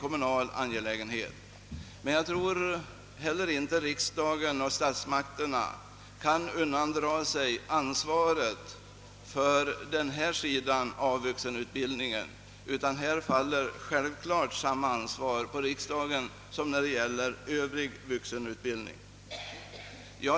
Men jag tror ändå att riksdagen inte kan undandra sig ansvaret för denna del av vuxenutbildningen; riksdagens ansvar för denna utbildning är självfallet lika stort som dess ansvar för övrig vuxenutbildning.